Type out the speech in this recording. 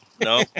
no